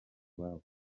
iwabo